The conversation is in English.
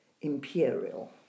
Imperial